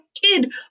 kid